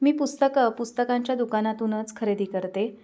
मी पुस्तकं पुस्तकांच्या दुकानातूनच खरेदी करते